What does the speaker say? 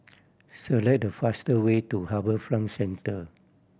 select the faster way to HarbourFront Centre